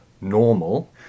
normal